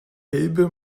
elbe